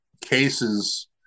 cases –